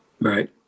Right